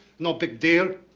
no big deal.